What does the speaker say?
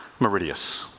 Meridius